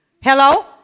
Hello